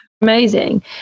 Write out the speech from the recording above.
amazing